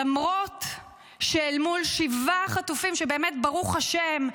למרות שאל מול שבעה חטופים, שבאמת, ברוך השם,